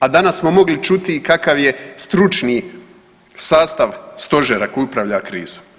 A danas smo mogli čuti i kakav je stručni sastav stožera koji upravlja krizom.